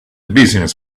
business